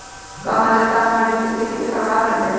कम आद्रता हमर जुट के खेती के प्रभावित कारतै?